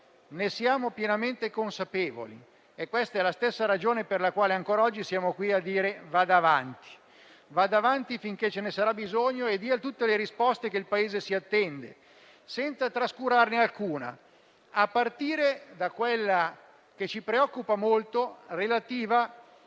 Ne siamo pienamente consapevoli e questa è la stessa ragione per la quale ancora oggi siamo a dirle di andare avanti. Vada avanti finché ce ne sarà bisogno e dia tutte le risposte che il Paese si attende, senza trascurarne alcuna, a partire da quella che ci preoccupa molto relativa al carico